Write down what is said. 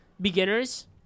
beginners